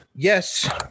Yes